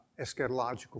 eschatological